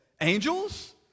Angels